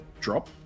drop